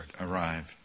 arrived